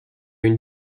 une